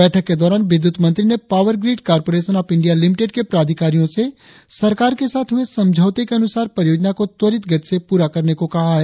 बैठक के दौरान विद्युत मंत्री ने power grid corporation of India limited के प्राधिकारियों से सरकार के साथ हुए समझौते के अनुसार परियोजना को त्वरित गति से प्ररा करने को कहा है